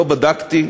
לא בדקתי.